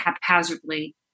haphazardly